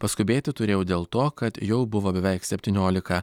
paskubėti turėjau dėl to kad jau buvo beveik septyniolika